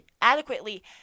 adequately